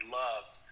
loved